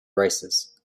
races